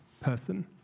person